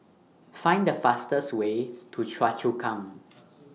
Find The fastest Way to Choa Chu Kang